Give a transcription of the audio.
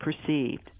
perceived